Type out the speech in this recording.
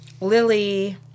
Lily